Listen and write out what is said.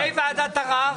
מה עם ועדת הערר?